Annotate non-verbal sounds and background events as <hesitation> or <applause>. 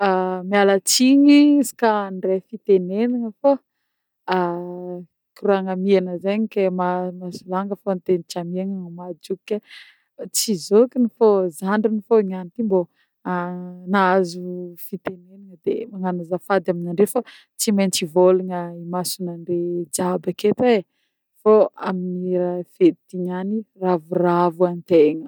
Miala tsigny izy koà handre fitenegnana fô <hesitation> koragna amiagna zegny ke mahasolanga fô ny tegny tsy amiana mamahajoky ke, tsy zokiny fô zandriny fô niany ty mbô nahazo fitenegnana de magnano azafady aminandre fô tsy mentsy hivôlagna imasonandreo jiaby aketo e, fô amin'ny raha fety niany ty raviravo antegna.